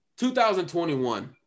2021